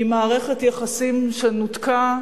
עם מערכת יחסים שנותקה